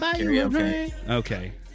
Okay